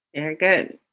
very good.